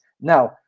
Now